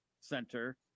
center